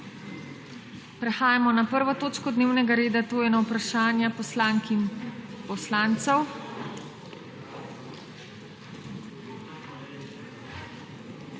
**Prehajamo na 1. točko dnevnega reda, to je na Vprašanja poslank in poslancev.**